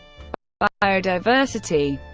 but biodiversity